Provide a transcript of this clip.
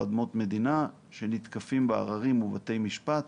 אדמות מדינה שנתקפים בערערים בבתי משפט.